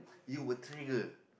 you will trigger